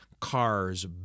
cars